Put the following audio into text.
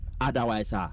otherwise